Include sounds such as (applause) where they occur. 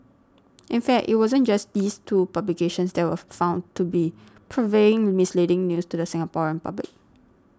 in fact it wasn't just these two publications that were found to be purveying misleading news to the Singaporean public (noise)